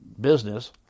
business